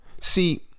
see